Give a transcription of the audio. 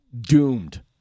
doomed